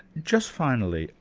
just finally,